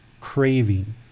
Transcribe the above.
craving